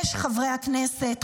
חברי הכנסת,